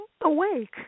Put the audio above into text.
awake